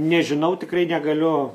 nežinau tikrai negaliu